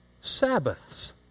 Sabbaths